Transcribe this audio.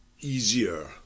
easier